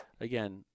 Again